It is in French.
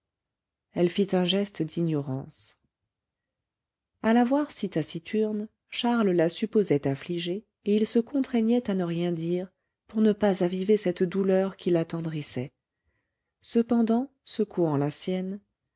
elle fit un geste d'ignorance à la voir si taciturne charles la supposait affligée et il se contraignait à ne rien dire pour ne pas aviver cette douleur qui l'attendrissait cependant secouant la sienne